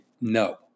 no